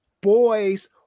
boys